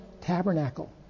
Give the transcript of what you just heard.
tabernacle